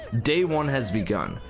day one has begun.